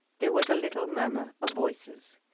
there was a little murmur of voices.